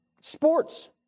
sports